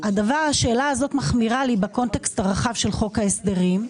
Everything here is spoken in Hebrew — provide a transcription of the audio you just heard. השאלה הזאת מחמירה לי בקונטקסט הרחב של חוק ההסדרים.